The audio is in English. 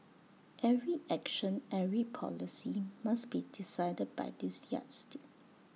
every action every policy must be decided by this yardstick